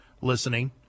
listening